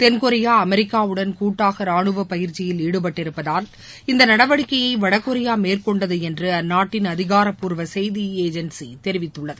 தென்கொரியா அமெரிக்காவுடன் கூட்டாக ராணுவப் பயிற்சியில் ஈடுபட்டிருப்பதால் இந்த நடவடிக்கையை வடகொரியா மேற்கொண்டது என்று அந்நாட்டின் அதிகாரப்பூர்வ செய்தி ஏஜென்சி தெரிவித்துள்ளது